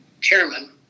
chairman